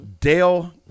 Dale